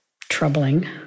troubling